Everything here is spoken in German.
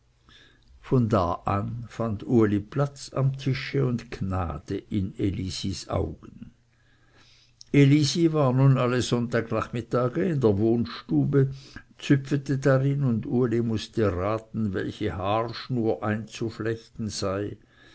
von da an fand uli platz am tische und gnade in elisis augen elisi war nun alle sonntagnachmittage in der wohnstube züpfete darin und uli mußte raten welche haarschnur einzuflechten sei